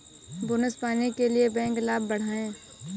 bonus पाने के लिए बैंक लाभ बढ़ाएं